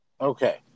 Okay